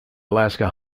alaska